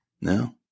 no